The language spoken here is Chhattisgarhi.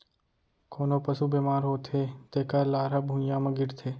कोनों पसु बेमार होथे तेकर लार ह भुइयां म गिरथे